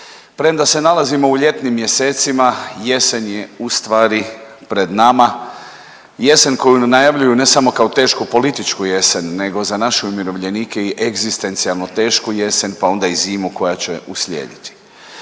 Premda se nalazimo u ljetnim mjesecima jesen je u stvari pred nama, jesen koju najavljuju ne samo kao tešku političku jesen, nego za naše umirovljenike i egzistencijalno tešku jesen, pa onda i zimu koja će uslijediti.